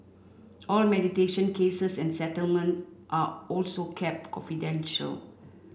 all mediation cases and settlement are also kept confidential